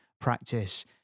practice